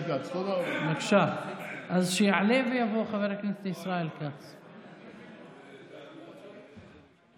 זה יהיה חבר הכנסת היחיד באופוזיציה שידבר על הצעת החוק.